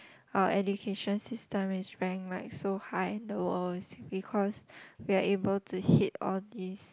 our education system is ranked like so high in the world it's because we are able to hit all this